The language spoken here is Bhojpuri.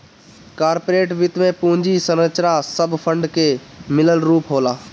कार्पोरेट वित्त में पूंजी संरचना सब फंड के मिलल रूप होला